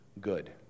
good